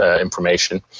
information